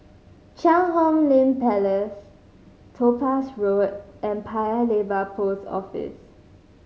Cheang Hong Lim Place Topaz Road and Paya Lebar Post Office